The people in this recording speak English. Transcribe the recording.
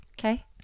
okay